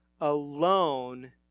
alone